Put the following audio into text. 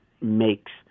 makes